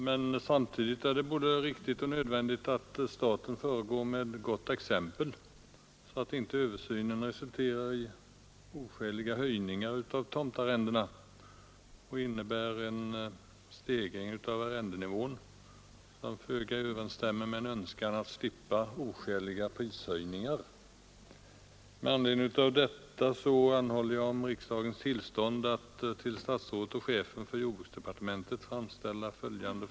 Men samtidigt är det både riktigt och nödvändigt att staten föregår med gott exempel, så att översynen inte resulterar i oskäliga höjningar av tomtarrendena och innebär en stegring av arrendenivån som föga överensstämmer med en önskan att slippa oskäliga prishöjningar. Om arrendet på en fritidstomt, som år 1968 fastställdes till 230 kronor, nu fem år senare anses böra höjas till I 000 kronor, och om inga andra förhållanden förändrats än att penningvärdet urholkats, så torde man med fog kunna konstatera att staten är ett dåligt föredöme för andra markägare, som rimligtvis bör ha samma rättighet som staten att revidera sina tomtarrenden när kontraktstiden går ut.